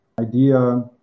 idea